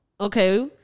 Okay